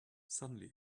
suddenly